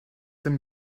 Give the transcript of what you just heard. them